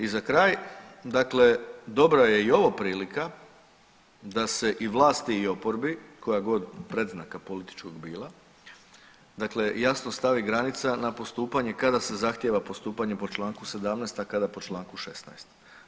I za kraj, dobra je i ovo prilika da se i vlasti i oporbi koja god predznaka političkog bila, dakle jasno stavi granica na postupanje, kada se zahtijeva postupanje po članku 17. a kada po članku 16.